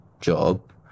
job